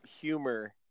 humor